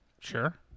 Sure